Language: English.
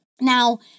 Now